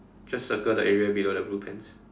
just circle the area below the blue pants